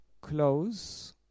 close